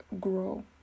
grow